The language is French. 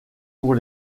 pour